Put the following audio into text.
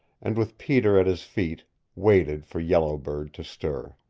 and with peter at his feet waited for yellow bird to stir.